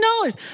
dollars